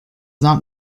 not